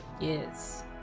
Yes